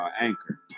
Anchor